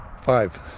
Five